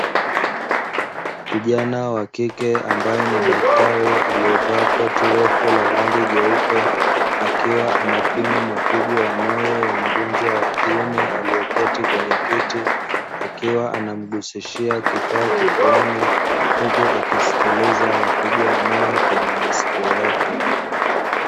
Kijana wa kike ambaye ni daktari aliyevaa koti refu la rangi jeupe, akiwa anapima mapigo ya moyo ya mgonjwa wa kiume aliyeketi kwenye kiti akiwa anamgusishia kifaa kifuani huku akisikiliza mapigo ya moyo kwenye masikio yake.